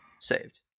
saved